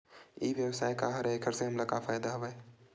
ई व्यवसाय का हरय एखर से हमला का फ़ायदा हवय?